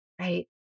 right